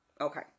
Okay